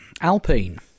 Alpine